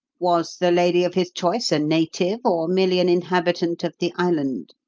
was the lady of his choice a native or merely an inhabitant of the island?